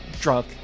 Drunk